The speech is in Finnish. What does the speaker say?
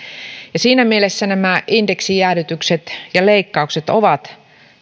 siinä mielessä nämä indeksijäädytykset ja leikkaukset ovat